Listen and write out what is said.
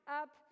up